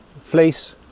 fleece